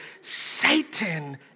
Satan